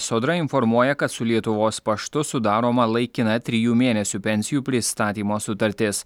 sodra informuoja kad su lietuvos paštu sudaroma laikina trijų mėnesių pensijų pristatymo sutartis